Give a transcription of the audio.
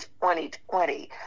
2020